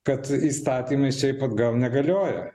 kad įstatymai šiaip atgal negalioja